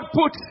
put